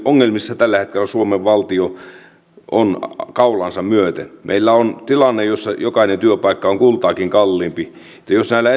ongelmissa tällä hetkellä suomen valtio on kaulaansa myöten meillä on tilanne jossa jokainen työpaikka on kultaakin kalliimpi tietysti näillä